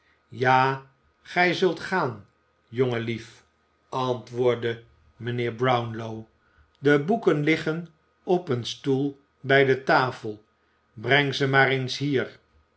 ja gij zult gaan jongenlief antwoordde mijnheer brownlow de boeken liggen op een stoel bij de tafel breng ze maar eens hier